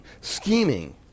scheming